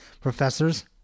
professors